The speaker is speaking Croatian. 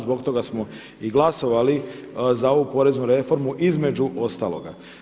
Zbog toga smo i glasovali za ovu poreznu reformu između ostaloga.